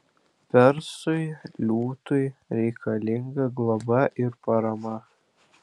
persui liūtui reikalinga globa ir parama